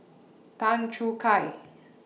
Tan Choo Kai